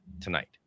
tonight